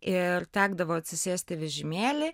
ir tekdavo atsisėst į vežimėlį